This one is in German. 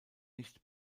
nicht